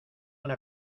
una